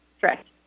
Correct